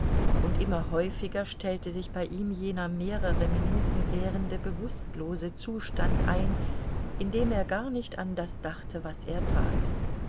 und immer häufiger stellte sich bei ihm jener mehrere minuten währende bewußtlose zustand ein in dem er gar nicht an das dachte was er tat